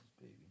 baby